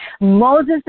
Moses